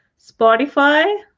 Spotify